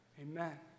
Amen